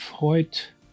Freut